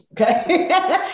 Okay